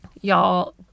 Y'all